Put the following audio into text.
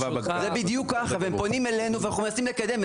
הם פונים אלינו ואנחנו מנסים לקדם.